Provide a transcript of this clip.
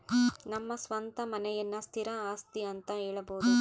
ನಮ್ಮ ಸ್ವಂತ ಮನೆಯನ್ನ ಸ್ಥಿರ ಆಸ್ತಿ ಅಂತ ಹೇಳಬೋದು